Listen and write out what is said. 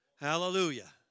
Hallelujah